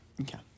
Okay